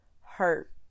hurt